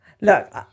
Look